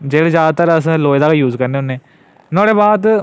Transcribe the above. जेह्ड़े जैदातर असें लोहे दा गै यूज करने होन्ने नुआढ़े बाद